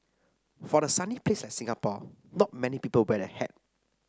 for a sunny place like Singapore not many people wear a hat